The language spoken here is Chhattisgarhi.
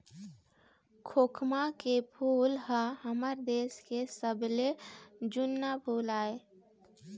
खोखमा के फूल ह हमर देश के सबले जुन्ना फूल आय